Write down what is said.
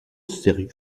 sérieux